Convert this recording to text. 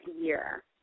year